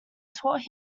taught